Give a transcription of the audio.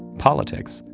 politics,